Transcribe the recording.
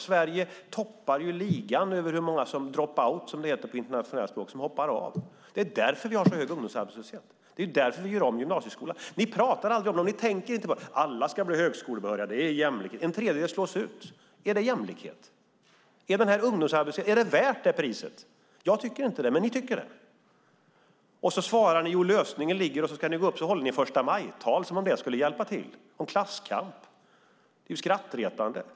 Sverige toppar ligan av drop outs, som det heter på internationellt språk - som hoppar av. Det är därför vi har så hög ungdomsarbetslöshet. Det är därför vi gör om gymnasieskolan. Ni pratar aldrig om dem; ni tänker inte på dem. Alla ska bli högskolebehöriga; det är jämlikt. En tredjedel slås ut. Är det jämlikhet? Är den värd det pris vi får betala i form av ungdomsarbetslöshet? Jag tycker inte det, men det gör ni. Ni håller förstamajtal om klasskamp, som om det skulle hjälpa. Det är skrattretande.